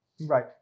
Right